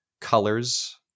colors